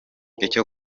icyo